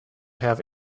have